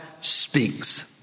speaks